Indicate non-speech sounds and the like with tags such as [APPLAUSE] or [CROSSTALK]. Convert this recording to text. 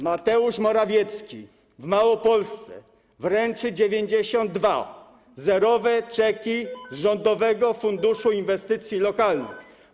Mateusz Morawiecki w Małopolsce wręczył 92 zerowe czeki [NOISE] Rządowego Funduszu Inwestycji Lokalnych.